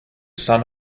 son